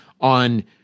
on